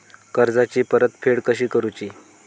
कर्जाची परतफेड कशी करूची?